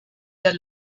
der